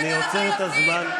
אני עוצר את הזמן,